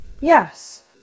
Yes